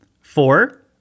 Four